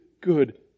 good